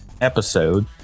episode